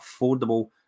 affordable